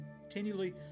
continually